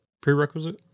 prerequisite